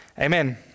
Amen